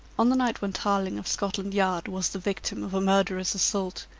on the night when tarling of scotland yard was the victim of a murderous assault,